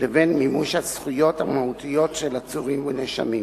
לבין מימוש הזכויות המהותיות של עצורים ונאשמים.